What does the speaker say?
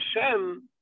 Hashem